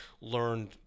learned